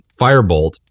firebolt